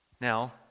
Now